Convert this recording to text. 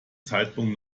zeitpunkt